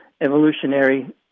evolutionary